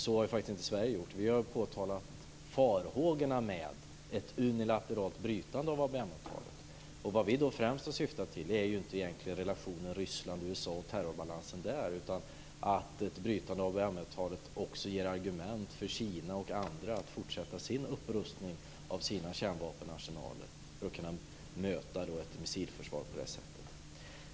Så har Sverige inte gjort, utan vi har påtalat farhågorna kring ett unilateralt brytande av ABM-avtalet. Vad vi då främst syftat till är egentligen inte relationen Ryssland-USA och terrorbalansen där, utan det handlar om att ett brytande av ABM-avtalet också ger argument för Kina och andra att fortsätta med sin upprustning av sina kärnvapenarsenaler för att på det sättet kunna möta ett missilförsvar.